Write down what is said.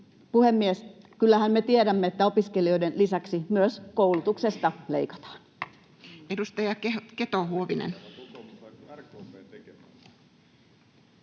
puhemies, kyllähän me tiedämme, että opiskelijoiden lisäksi myös koulutuksesta leikataan. Edustaja Keto-Huovinen.